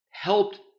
helped